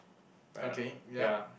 right or not ya